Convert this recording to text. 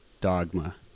dogma